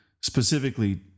specifically